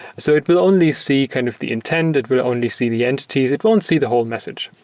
so it will only see kind of the intent. it would only see the entities. it won't see the whole message.